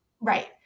Right